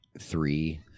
three